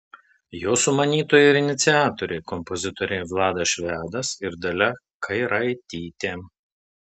jo sumanytojai ir iniciatoriai kompozitoriai vladas švedas ir dalia kairaitytė